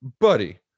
Buddy